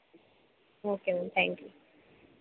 okay ma'am thank you